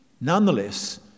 nonetheless